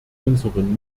unseren